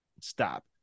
stop